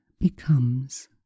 becomes